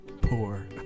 poor